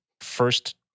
first